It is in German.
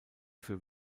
für